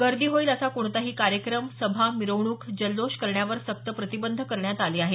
गर्दी होईल असा कोणताही कार्यक्रम सभा मिरवणूक जल्लोष करण्यावर सक्त प्रतिबंध करण्यात आले आहेत